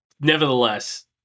Nevertheless